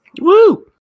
Woo